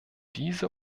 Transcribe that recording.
diese